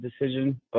decision